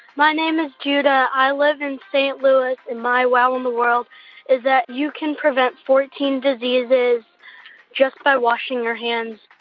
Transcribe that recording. my name is judah. i live in st. louis. and my wow in the world is that you can prevent fourteen diseases just by washing your hands